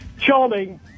charming